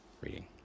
reading